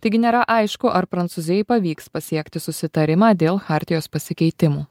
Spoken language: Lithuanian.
taigi nėra aišku ar prancūzijai pavyks pasiekti susitarimą dėl chartijos pasikeitimų